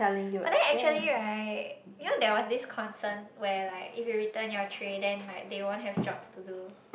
I think actually right you know there was this concern where like if you return your tray then like they won't have jobs to do